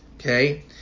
Okay